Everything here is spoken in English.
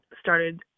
started